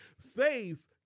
Faith